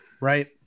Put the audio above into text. Right